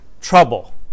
trouble